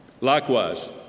Likewise